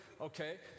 okay